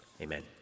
Amen